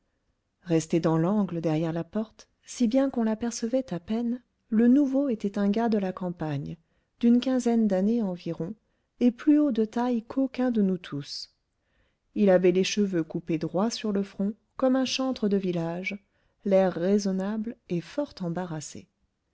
resté dans l'angle derrière la porte si bien qu'on l'apercevait à peine le nouveau était un gars de la campagne d'une quinzaine d'années environ et plus haut de taille qu'aucun de nous tous il avait les cheveux coupés droit sur le front comme un chantre de village l'air raisonnable et fort embarrassé